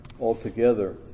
altogether